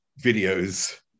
videos